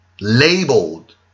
Labeled